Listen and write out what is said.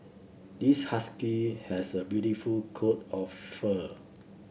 this husky has a beautiful coat of fur